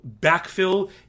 backfill